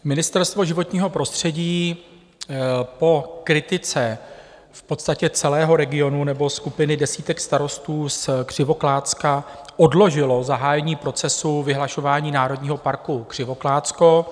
Ministerstvo životního prostředí po kritice v podstatě celého regionu nebo skupiny desítek starostů z Křivoklátska odložilo zahájení procesu vyhlášení Národního parku Křivoklátsko.